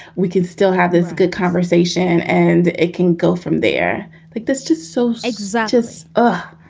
we can still have this good conversation and it can go from there like there's just so exotics oh,